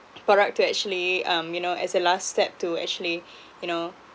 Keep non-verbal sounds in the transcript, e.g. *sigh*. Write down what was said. product to actually um you know as the last step to actually *breath* you know